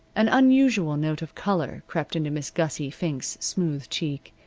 an unusual note of color crept into miss gussie fink's smooth cheek.